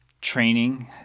training